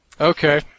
Okay